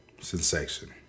sensation